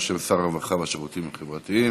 בשם שר הרווחה והשירותים החברתיים.